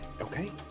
okay